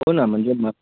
हो ना म्हणजे मग